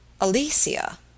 Alicia